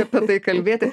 apie tai kalbėti